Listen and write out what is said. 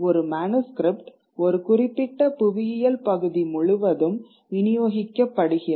ஒரு மனுஸ்க்ரிப்ட் ஒரு குறிப்பிட்ட புவியியல் பகுதி முழுவதும் விநியோகிக்கப்படுகிறது